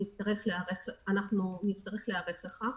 ואנחנו נצטרך להיערך לכך.